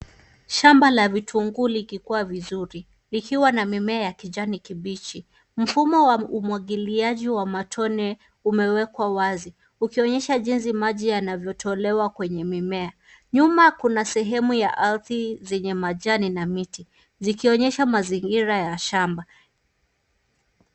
Shamba la vitunguu likikua vizuri likiwa na mimea ya kijani kibichi. Mfumo wa umwagiliaji wa matone umewekwa wazi ukionyesha jinsi maji yanavyotolewa kwenye mimea. Nyuma kuna sehemu ya ardhi zenye majani na miti zikionyesha mazingira ya shamba.